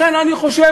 לכן אני אומר,